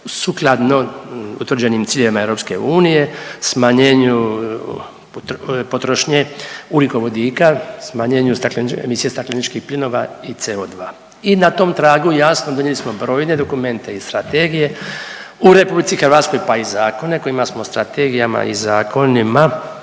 sukladno utvrđenim ciljevima EU, smanjenju potrošnje ugljikovodika, smanjenju emisije stakleničkih plinova i CO2 i na tom tragu jasno donijeli smo brojne dokumente i strategije u RH, pa i zakone kojima smo strategijama i zakonima